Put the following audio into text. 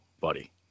buddy